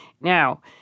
Now